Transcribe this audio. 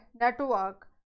network